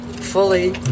fully